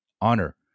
honor